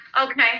Okay